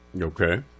Okay